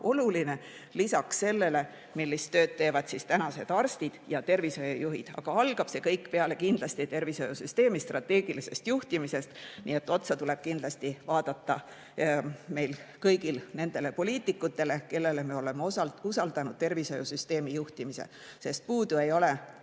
oluline, lisaks sellele, millist tööd teevad tänased arstid ja tervishoiujuhid. Aga algab see kõik kindlasti tervishoiusüsteemi strateegilisest juhtimisest. Nii et otsa tuleb vaadata meil kõigil nendele poliitikutele, kellele me oleme osalt usaldanud tervishoiusüsteemi juhtimise. Sageli ei ole